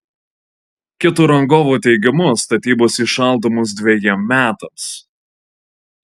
kito rangovo teigimu statybos įšaldomos dvejiem metams